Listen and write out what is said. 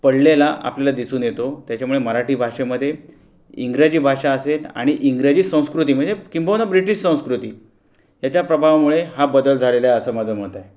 पडलेला आपल्याला दिसून येतो त्याच्यामुळे मराठी भाषेमध्ये इंग्रजी भाषा असेल आणि इंग्रजी संस्कृती म्हणजे किंबहुना ब्रिटिश संस्कृती ह्याच्या प्रभावामुळे हा बदल झालेला आहे असं माझं मत आहे